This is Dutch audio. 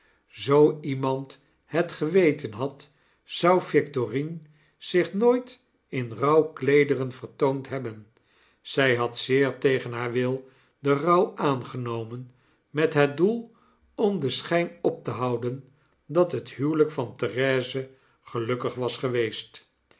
zoo iemand het geweten had zou victorine zich nooit in rouwkleederen vertoond hebben zij had zeertegen haar wil den rouw aangenomen met het doel om den schp op te houden dat het huwelp van therese gelukkig was geweest